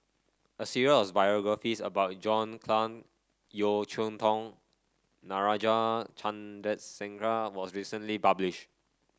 a series of biographies about John Clang Yeo Cheow Tong Natarajan Chandrasekaran was recently published